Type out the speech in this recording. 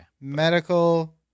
Medical